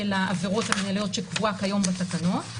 העבירות המלאות המינהליות שקבועה כיום בתקנות.